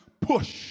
push